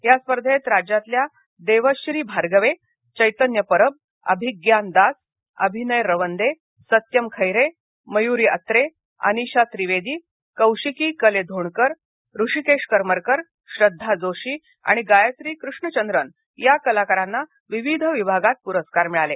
या स्पर्धेत राज्यातल्या देवश्री भार्गवे चैतन्य परब अभिग्यान दास अभिनय रवंदे सत्यम खैरे मयूरी अत्रे अनिशा त्रिवेदी कौशिकी कलेधोणकर हृषीकेश करमरकर श्रद्धा जोशी आणि गायत्री कृष्णचंद्रन या कलाकारांना विविध विभागात प्रस्कार मिळाले